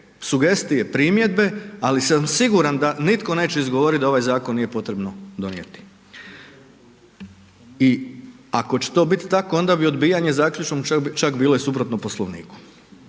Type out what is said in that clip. sugestije, primjedbe ali sam siguran da nitko neće izgovoriti da ovaj zakon nije potrebno donijeti. I ako će to biti tako onda bi odbijanje zaključka čak bilo i suprotno Poslovniku.